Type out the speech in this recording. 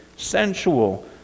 sensual